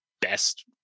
best